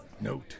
Note